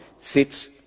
sits